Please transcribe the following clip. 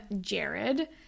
Jared